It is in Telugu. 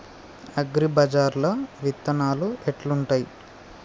అగ్రిబజార్ల విత్తనాలు ఎట్లుంటయ్?